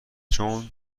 چون